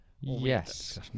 Yes